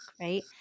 right